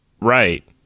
Right